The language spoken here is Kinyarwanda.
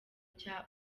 cya